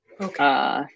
Okay